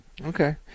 Okay